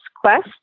quest